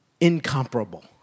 Incomparable